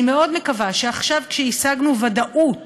אני מאוד מקווה שעכשיו כשהשגנו ודאות